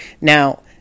Now